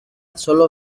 sólo